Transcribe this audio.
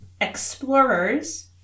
Explorers